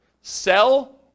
sell